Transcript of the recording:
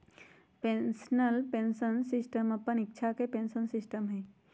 national pension system अप्पन इच्छा के पेंशन सिस्टम हइ